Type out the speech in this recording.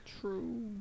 True